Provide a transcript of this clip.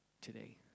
today